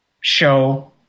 show